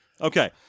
Okay